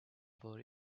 for